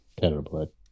terrible